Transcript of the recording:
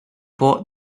bought